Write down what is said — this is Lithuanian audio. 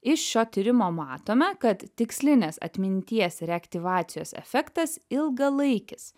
iš šio tyrimo matome kad tikslinės atminties reaktyvacijos efektas ilgalaikis